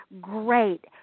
great